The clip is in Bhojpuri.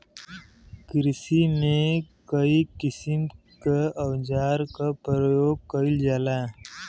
किरसी में कई किसिम क औजार क परयोग कईल जाला